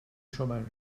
chômage